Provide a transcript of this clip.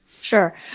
sure